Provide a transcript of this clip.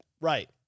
Right